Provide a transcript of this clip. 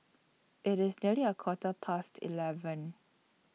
IT IS nearly A Quarter Past eleven